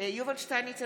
יובל שטייניץ,